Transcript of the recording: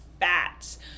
fats